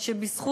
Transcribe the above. ובזכות,